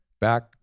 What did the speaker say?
back